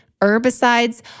herbicides